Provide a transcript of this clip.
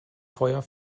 feuer